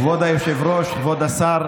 כבוד היושב-ראש, כבוד השר,